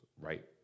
right